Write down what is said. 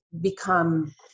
become